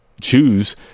choose